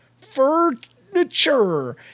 furniture